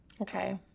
Okay